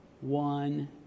one